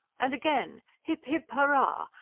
and, again, hip, hip, hurrah!